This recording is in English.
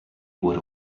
what